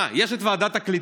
אה, יש את ועדת הקליטה.